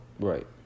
Right